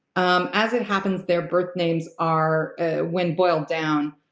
um as it happens, their birth names are, ah when boiled down,